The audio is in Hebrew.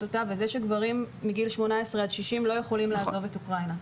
אותה והיא שגברים מגיל 18 עד 60 לא יכולים לעזוב את אוקראינה.